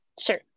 sure